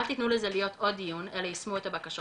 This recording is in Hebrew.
אל תתנו לזה להיות עוד דיון, אלא ישמו את הבקשות,